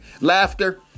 Laughter